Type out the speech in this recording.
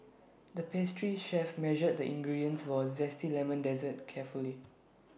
the pastry chef measured the ingredients for A Zesty Lemon Dessert carefully